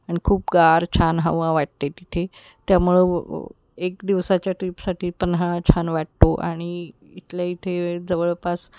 आणि खूप गार छान हवा वाटते तिथे त्यामुळं एक दिवसाच्या ट्रीपसाठी पन्हाळा छान वाटतो आणि इथल्या इथे जवळपास